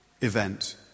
event